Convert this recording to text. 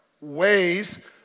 ways